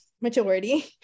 majority